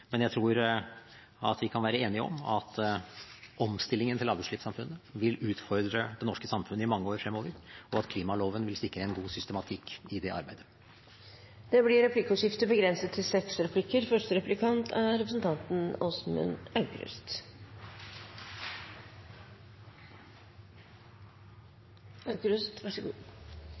men jeg tror vi kan være enige om at omstillingen til lavutslippssamfunnet vil utfordre det norske samfunnet i mange år fremover, og at klimaloven vil sikre en god systematikk i det arbeidet. Det blir replikkordskifte.